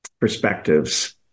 perspectives